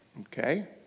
Okay